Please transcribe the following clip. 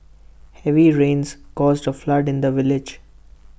heavy rains caused A flood in the village